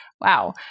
wow